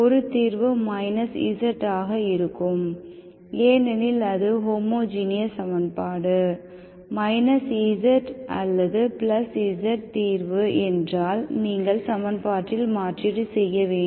ஒரு தீர்வு z ஆக இருக்கும் ஏனெனில் அது ஹோமோஜீனியஸ் சமன்பாடு z அல்லது z தீர்வு என்றால் நீங்கள் சமன்பாட்டில் மாற்றீடு செய்ய வேண்டும்